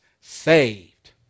saved